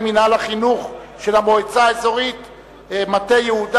מינהל החינוך של המועצה האזורית מטה-יהודה,